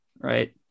right